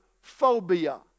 Phobia